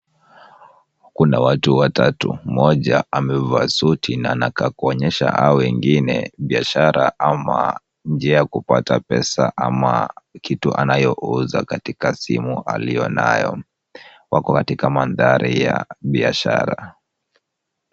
Kuna watu watatu. Mmoja amevaa suti na anataka kuonyesha hao wengine biashara ama njia ya kupata pesa ama kitu anayouza katika simu aliyonayo. Wako katika manthari ya biashara.